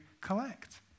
collect